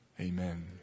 Amen